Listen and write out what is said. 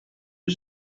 you